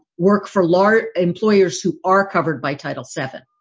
work for large employers who are covered by title seven.